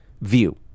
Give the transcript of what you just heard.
view